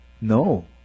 no